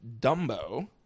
Dumbo